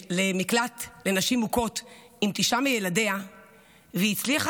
לנשים מוכות עם תשעה מילדיה והצליחה